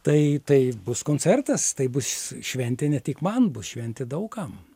tai tai bus koncertas tai bus šventė ne tik man bus šventė daug kam